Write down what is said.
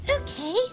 okay